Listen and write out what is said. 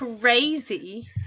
crazy